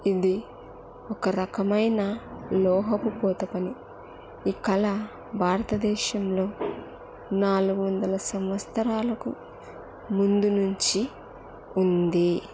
ఇది ఒక రకమైన లోహపు పోత పని ఈ కళ భారతదేశంలో నాలుగు వందల సంవత్సరాలకు ముందు నుంచి ఉంది